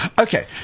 Okay